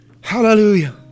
Hallelujah